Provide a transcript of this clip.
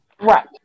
Right